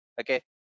okay